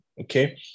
okay